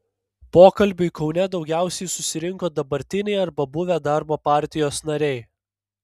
pokalbiui kaune daugiausiai susirinko dabartiniai arba buvę darbo partijos nariai